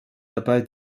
dabei